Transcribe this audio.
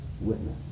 witness